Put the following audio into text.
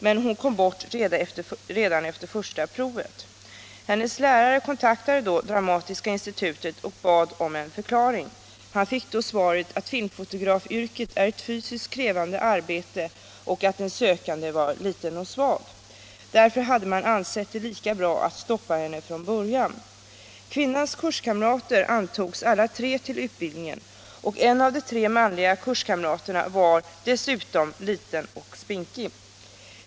Men hon kom bort redan efter första provet. Hennes lärare kontaktade då Dramatiska institutet och bad om en förklaring. Han fick svaret att filmfotografyrket är ett fysiskt krävande arbete och att den sökande var liten och svag. Därför hade man ansett det lika bra att stoppa henne från början. Kvinnans kurskamrater antogs alla tre till utbildningen, och en av de tre manliga kurskamraterna var dessutom liten och spinkig.